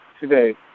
today